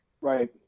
right